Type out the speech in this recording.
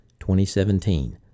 2017